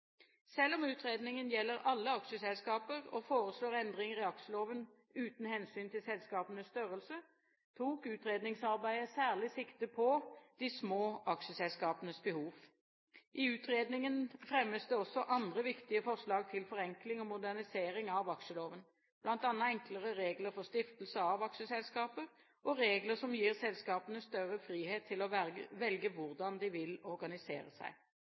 Selv om utredningen gjelder alle aksjeselskaper og foreslår endringer i aksjeloven uten hensyn til selskapenes størrelse, tok utredningsarbeidet særlig sikte på de små aksjeselskapenes behov. I utredningen fremmes det også andre viktige forslag til forenkling og modernisering av aksjeloven, bl.a. enklere regler for stiftelse av aksjeselskap og regler som gir selskapene større frihet til å velge hvordan de vil organisere seg.